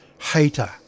hater